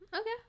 okay